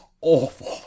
awful